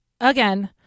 again